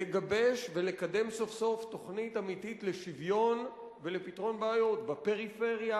לגבש ולקדם סוף-סוף תוכנית אמיתית לשוויון ולפתרון בעיות בפריפריה,